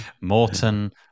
Morton